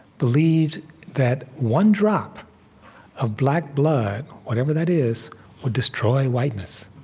believed that one drop of black blood whatever that is would destroy whiteness.